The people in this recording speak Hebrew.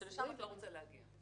שלשם את לא רוצה להגיע.